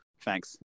thanks